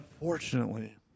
Unfortunately